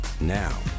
Now